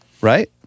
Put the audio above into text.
right